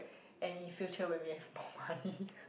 and in future when we have more money